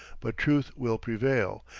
but truth will prevail,